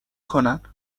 کنن